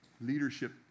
leadership